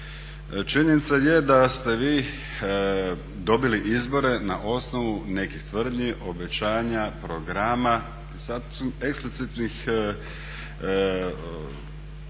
Činjenica je da ste vi dobili izbore na osnovu nekih tvrdnji, obećanja, programa i eksplicitnih